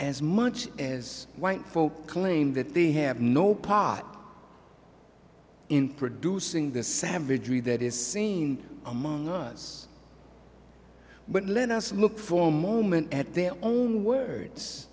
as much as white folks claim that they have no pot in producing the savagery that is seen among us but let us look for a moment at their own words